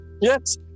Yes